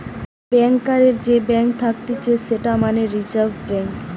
ব্যাংকারের যে ব্যাঙ্ক থাকতিছে সেটা মানে রিজার্ভ ব্যাঙ্ক